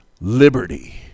liberty